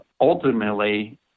ultimately